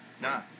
Nah